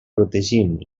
protegint